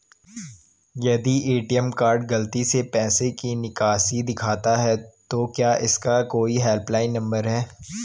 यदि ATM card गलती से पैसे की निकासी दिखाता है तो क्या इसका कोई हेल्प लाइन नम्बर है?